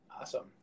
Awesome